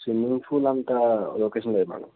swimming pool అంత location లేదు madam